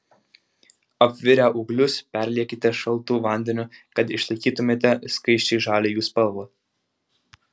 apvirę ūglius perliekite šaltu vandeniu kad išlaikytumėte skaisčiai žalią jų spalvą